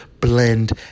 blend